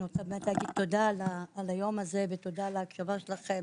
אני רוצה להגיד תודה על היום הזה ותודה על ההקשבה שלכם.